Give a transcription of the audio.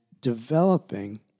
developing